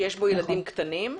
שיש בו ילדים קטנים,